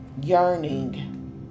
yearning